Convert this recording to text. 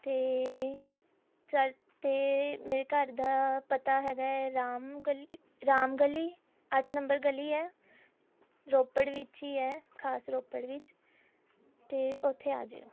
ਅਤੇ ਸਾ ਅਤੇ ਮੇਰੇ ਘਰ ਦਾ ਪਤਾ ਹੈਗਾ ਹੈ ਰਾਮ ਗਲੀ ਰਾਮ ਗਲੀ ਅੱਠ ਨੰਬਰ ਗਲੀ ਹੈ ਰੋਪੜ ਵਿੱਚ ਹੀ ਹੈ ਖਾਸ ਰੋਪੜ ਵਿੱਚ ਅਤੇ ਉੱਥੇ ਆ ਜਿਓ